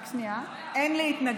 רק שנייה, אין לי התנגדות.